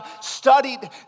studied